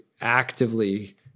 actively